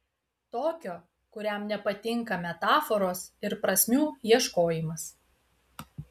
tokio kuriam nepatinka metaforos ir prasmių ieškojimas